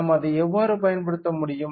நாம் அதை எவ்வாறு பயன்படுத்த முடியும்